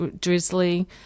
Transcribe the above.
drizzly